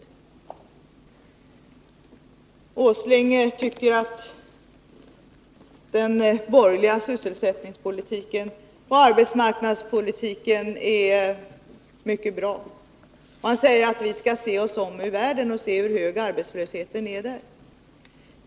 Nils Åsling tycker att den borgerliga sysselsättningspolitiken och arbetsmarknadspolitiken är mycket bra. Han förklarar att vi skall se oss om i världen och studera hur hög arbetslösheten är där.